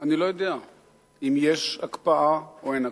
שאני לא יודע אם יש הקפאה או אין הקפאה.